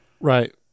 right